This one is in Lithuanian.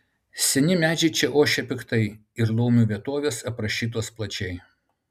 seni medžiai čia ošia piktai ir laumių vietovės aprašytos plačiai